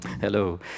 Hello